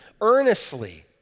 earnestly